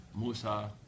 Musa